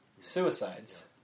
suicides